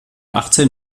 achtzehn